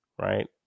Right